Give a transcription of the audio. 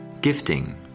Gifting